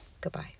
Goodbye